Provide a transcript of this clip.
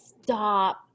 stop